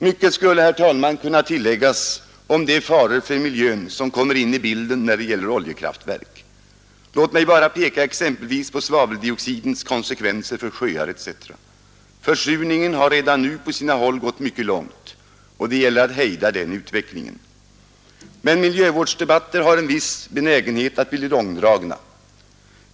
Mycket skulle, herr talman, kunna tilläggas om de faror för miljön som kommer in i bilden när det gäller oljekraftverk. Låt mig bara peka på exempelvis svaveldioxidens konsekvenser för sjöar etc. Försurningen har redan nu på sina håll gått mycket långt, och det gäller att hejda den utvecklingen. Miljövårdsdebatter har en viss benägenhet att bli långdragna.